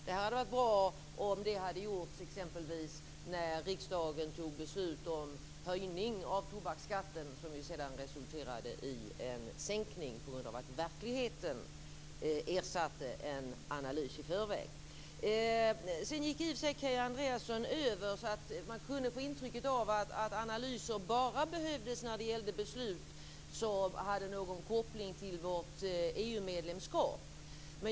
Det hade varit bra om det hade gjorts exempelvis när riksdagen tog beslut om höjningen av tobaksskatten, som sedan resulterade i en sänkning på grund av att verkligheten ersatte en analys i förväg. Sedan kunde man få intrycket att Kia Andreasson menade att analyser behövs bara när det gäller beslut som har någon koppling till vårt EU-medlemskap.